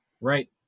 right